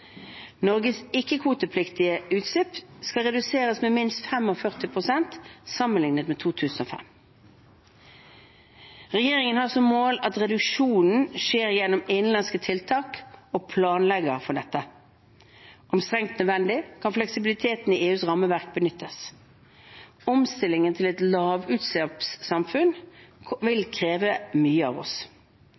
Norges ikke-kvotepliktige utslipp skal reduseres med minst 45 pst. sammenlignet med 2005. Regjeringen har som mål at reduksjonen skjer gjennom innenlandske tiltak og planlegger for dette. Om strengt nødvendig kan fleksibiliteten i EUs rammeverk benyttes. Omstillingen til et lavutslippssamfunn vil kreve mye av oss.